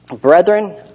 Brethren